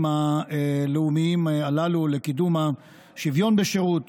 היעדים הלאומיים הללו לקידום השוויון בשירות